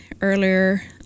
earlier